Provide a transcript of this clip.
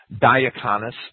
Diaconus